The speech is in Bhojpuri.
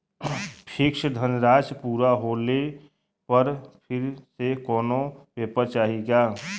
फिक्स धनराशी पूरा होले पर फिर से कौनो पेपर चाही का?